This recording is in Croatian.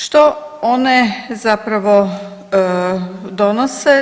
Što one zapravo donose?